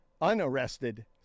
unarrested